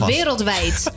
Wereldwijd